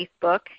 Facebook